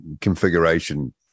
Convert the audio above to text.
configuration